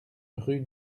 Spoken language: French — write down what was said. rue